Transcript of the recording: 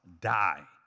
die